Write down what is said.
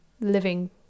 living